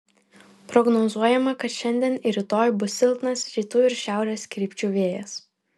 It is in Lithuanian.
prognozuojama kad šiandien ir rytoj pūs silpnas rytų ir šiaurės krypčių vėjas